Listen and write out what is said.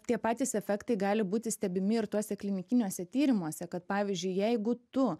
tie patys efektai gali būti stebimi ir tuose klinikiniuose tyrimuose kad pavyzdžiui jeigu tu